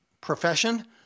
profession